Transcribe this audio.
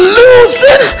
losing